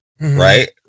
right